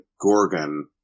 Gorgon